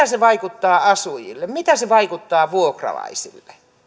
se vaikuttaa asujiin miten se vaikuttaa vuokralaisiin